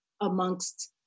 amongst